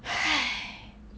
!hais!